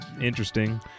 interesting